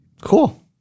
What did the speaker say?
Cool